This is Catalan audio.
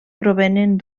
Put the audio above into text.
provenen